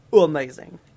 amazing